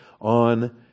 on